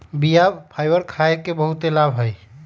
बीया फाइबर खाय के बहुते लाभ हइ